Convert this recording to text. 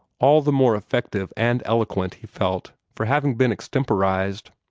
all the more effective and eloquent, he felt, for having been extemporized.